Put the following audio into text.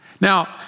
Now